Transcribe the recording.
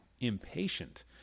impatient